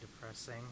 depressing